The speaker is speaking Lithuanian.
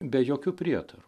be jokių prietarų